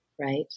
Right